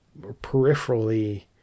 peripherally